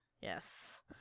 Yes